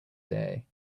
day